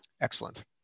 excellent